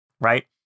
right